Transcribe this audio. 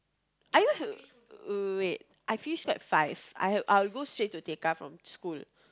are you wait I finish school at five I will will go straight to Tekka from school